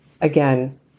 Again